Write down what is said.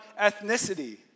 ethnicity